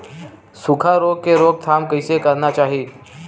सुखा रोग के रोकथाम कइसे करना चाही?